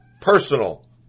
personal